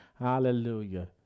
Hallelujah